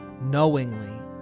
knowingly